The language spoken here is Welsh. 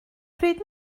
pryd